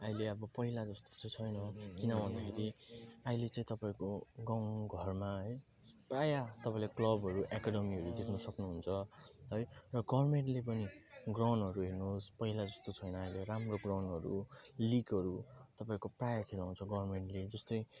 अहिले अब पहिला जस्तो चाहिँ छैन किन भन्दाखेरि अहिले चाहिँ तपाईँको गाउँघरमा है प्रायः तपाईँले क्लबहरू एकादमीहरू देख्न सक्नुहुन्छ है र गभर्मेन्टले पनि ग्राउन्डहरू हेर्नुहोस् पहिला जस्तो छैन अहिले राम्रो ग्राउन्डहरू लिगहरू तपाईँको प्रायः खेलाउँछ गभर्मेन्टले जस्तै